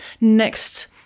next